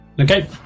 Okay